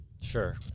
Sure